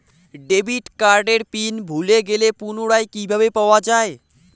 Debit কার্ডের pin ভুলে গেলে পুনরায় কিভাবে পাওয়া য়ায়?